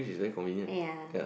yeah